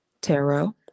tarot